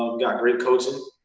got great coaching.